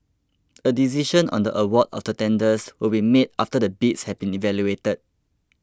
a decision on the award of the tenders will be made after the bids have been evaluated